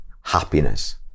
happiness